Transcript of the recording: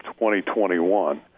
2021